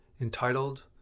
entitled